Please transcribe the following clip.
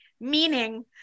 meaning